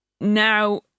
now